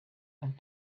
and